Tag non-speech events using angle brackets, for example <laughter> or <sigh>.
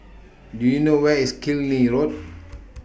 <noise> Do YOU know Where IS Killiney Road